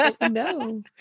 No